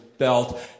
belt